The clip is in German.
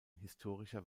historischer